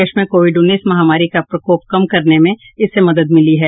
देश में कोविड उन्नीस महामारी का प्रकोप कम करने में इससे मदद मिली है